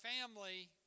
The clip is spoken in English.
family